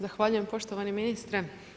Zahvaljujem poštovani ministre.